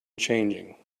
changing